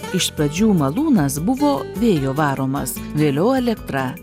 iš pradžių malūnas buvo vėjo varomas vėliau elektra